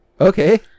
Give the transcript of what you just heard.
Okay